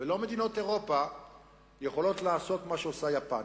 ולא מדינות אירופה יכולות לעשות מה שעושה יפן.